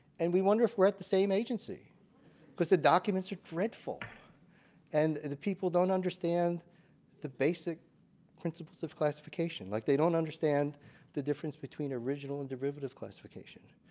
and we wonder if we're at the same agency cause the documents are dreadful and the people don't understand the basic principles of classification, like they don't understand the difference between original and derivative classification.